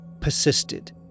persisted